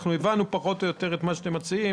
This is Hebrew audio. הבנו פחות או יותר את מה שאתם מציעים.